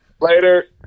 Later